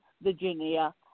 Virginia